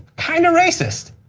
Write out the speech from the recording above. kind of racist.